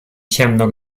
ciemno